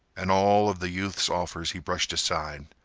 and all of the youth's offers he brushed aside.